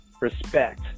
respect